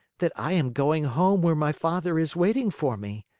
that i am going home where my father is waiting for me.